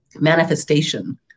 manifestation